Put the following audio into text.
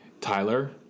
Tyler